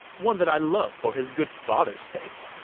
one that i love for his good father's sake.